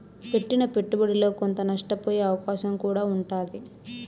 పెట్టిన పెట్టుబడిలో కొంత నష్టపోయే అవకాశం కూడా ఉంటాది